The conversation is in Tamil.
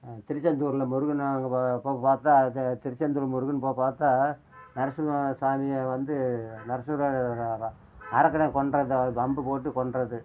திருச்செந்தூர்ல முருகனை அங்கே போய் பார்த்தா அது திருச்செந்தூர் முருகன் போய் பார்த்தா நரசிம்ம சாமியை வந்து நரசுரர் அரக்கனை கொன்ற அந்த அம்பு போட்டு கொன்றது